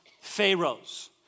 Pharaoh's